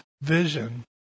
vision